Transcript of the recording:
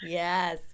yes